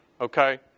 Okay